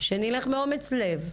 שנלך באומץ לב,